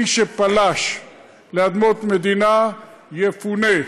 מי שפלש לאדמות מדינה, יפונה,